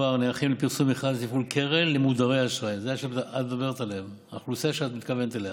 זאת האוכלוסייה שאת מתכוונת אליה.